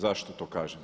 Zašto to kažem?